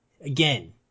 Again